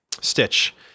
stitch